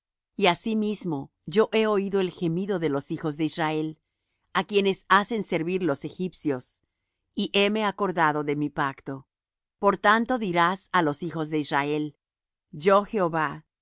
y asimismo yo he oído el gemido de los hijos de israel á quienes hacen servir los egipcios y heme acordado de mi pacto por tanto dirás á los hijos de israel yo jehova